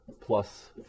plus